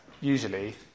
usually